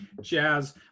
Jazz